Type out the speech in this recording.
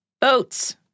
boats